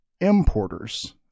importers